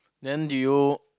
then do you